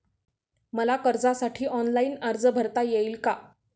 मला कर्जासाठी ऑनलाइन अर्ज भरता येईल का?